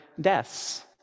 deaths